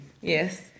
Yes